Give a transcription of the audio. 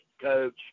coach